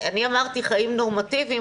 אמרתי חיים נורמטיביים,